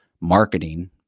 marketing